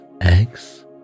eggs